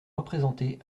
représentés